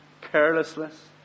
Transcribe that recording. carelessness